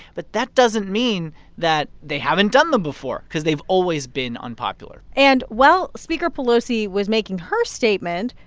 but that doesn't mean that they haven't done them before cause they've always been unpopular and while speaker pelosi was making her statement,